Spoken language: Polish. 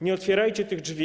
Nie otwierajcie tych drzwi.